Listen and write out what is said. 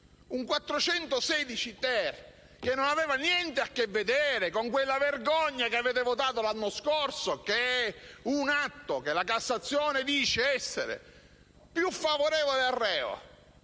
416-*ter*, che non aveva niente a che vedere con quella vergogna che avete votato l'anno scorso, che è un atto che la Cassazione dice essere più favorevole al reo.